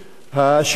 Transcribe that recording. השינוי,